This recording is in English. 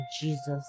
Jesus